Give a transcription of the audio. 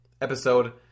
episode